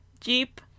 jeep